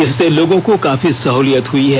इससे लोगों को काफी सहलियत हुई है